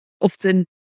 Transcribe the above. often